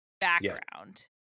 background